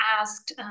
asked